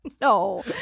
No